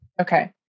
Okay